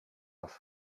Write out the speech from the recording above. das